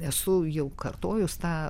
esu jau kartojus tą